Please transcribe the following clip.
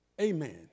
Amen